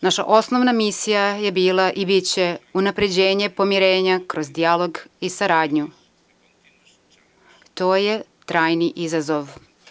Naša osnovna misija je bila i biće unapređenje, pomirenje kroz dijalog i saradnju, to je trajni izazov.